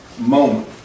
moment